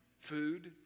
food